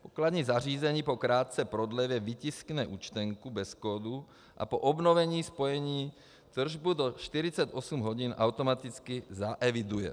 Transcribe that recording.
Pokladní zařízení po krátké prodlevě vytiskne účtenku bez kódu a po obnovení spojení tržbu do 48 hodin automaticky zaeviduje.